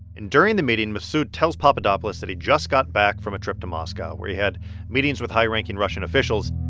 and during the meeting, mifsud tells papadopoulos that he just got back from a trip to moscow where he had meetings with high-ranking russian officials.